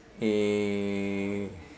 eh